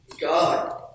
God